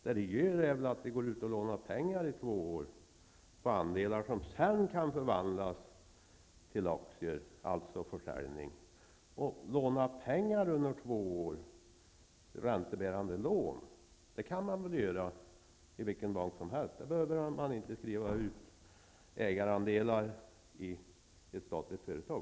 Vad man gör är väl att man går ut och lånar pengar i två år på andelar som sedan kan förvandlas till aktier -- då det alltså blir fråga om försäljning. Låna pengar under två år, räntebärande lån, kan man väl göra i vilken bank som helst. För det behöver man inte skriva ut ägarandelar i ett statligt företag.